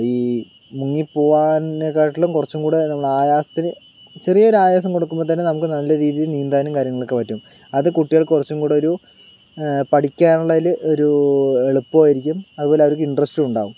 ഈ മുങ്ങിപ്പോകുന്നതിനേക്കാളും കുറച്ചും കൂടി നമ്മൾ ആയാസത്തിൽ ചെറിയ ഒരു ആവേശം കൊടുക്കുമ്പോൾത്തന്നെ നമുക്ക് നല്ല രീതിയിൽ നീന്താനും കാര്യങ്ങളൊക്കെ പറ്റും അതു കുട്ടികൾക്ക് കുറച്ചും കൂടി ഒരു പഠിക്കാൻ ഉള്ള ഒരു എളുപ്പവും ആയിരിക്കും അതുപോലെ അവർക്ക് ഇൻ്ററസ്റ്റും ഉണ്ടാകും